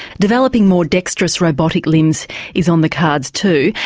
developing more dexterous robotic limbs is on the cards too,